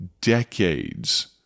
decades